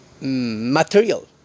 material